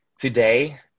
Today